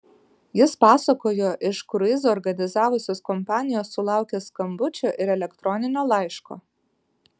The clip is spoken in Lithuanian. jis pasakojo iš kruizą organizavusios kompanijos sulaukęs skambučio ir elektroninio laiško